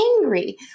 angry